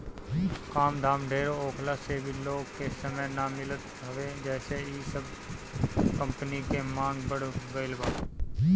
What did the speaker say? काम धाम ढेर होखला से भी लोग के समय ना मिलत हवे जेसे इ सब कंपनी के मांग बढ़ गईल बाटे